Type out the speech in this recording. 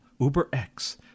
UberX